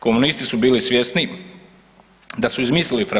Komunisti su bili svjesni da su izmislili fra.